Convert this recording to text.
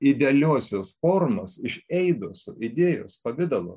idealiosios formos išelgesio idėjos pavidalo